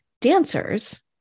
dancers